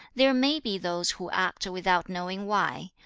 there may be those who act without knowing why.